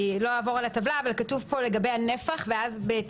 לא אעבור על הטבלה אבל כתוב פה בהתאם לנפח ובהתאם